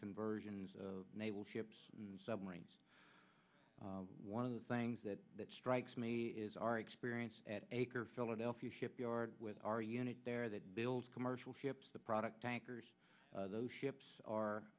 conversions of naval ships and submarines one of the things that strikes me is our experience at philadelphia shipyard with our unit there that builds commercial ships the product tankers those ships are